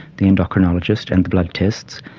the endocrinologist and the blood tests,